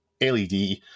LED